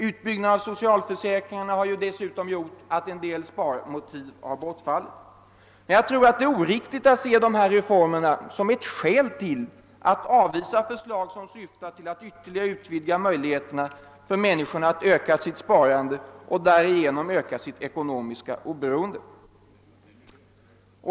Utbyggandet av socialförsäkringarna har dessutom medfört att en del sparmotiv bortfallit. Jag tror emellertid att det är oriktigt att se dessa reformer som ett skäl till att avvisa förslag som syftar till att ytterligare utvidga möjligheterna för människorna att öka sitt sparande och därigenom stärka sitt ekonomiska oberoende.